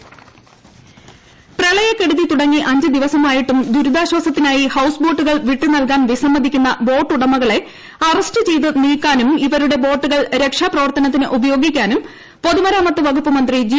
ട്ടടടടടടടടടടടടട ബോട്ടുകൾ തുടങ്ങി അഞ്ച് ദിവസമായിട്ടും പ്രളയക്കെടുതി ദുരിതാശ്വാസത്തിനായി ഹൌസ് ബോട്ടുകൾ വിട്ടു നൽകാൻ വിസമ്മതിക്കുന്ന ബോട്ടുടമകളെ അറ്സ്റ്റ് ചെയ്ത് നീക്കാനും ഇവരുടെ ബോട്ടുകൾ രക്ഷാപ്രവർത്തനത്തിന് ഉപയോഗിക്കാനും പൊതുമരാമത്ത് വകുപ്പ്മന്ത്രി ജി